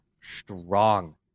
strong